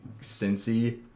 Cincy